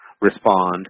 respond